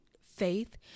faith